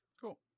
Cool